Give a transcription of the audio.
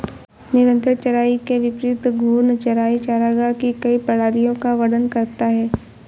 निरंतर चराई के विपरीत घूर्णन चराई चरागाह की कई प्रणालियों का वर्णन करता है